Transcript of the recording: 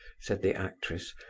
said the actress.